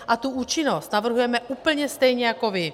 A tu účinnost navrhujeme úplně stejně jako vy.